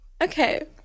Okay